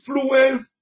influence